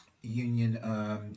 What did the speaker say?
union